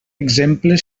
exemple